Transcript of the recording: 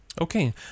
Okay